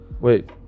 Wait